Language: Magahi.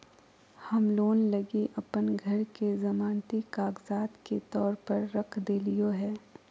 हम लोन लगी अप्पन घर के जमानती कागजात के तौर पर रख देलिओ हें